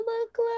look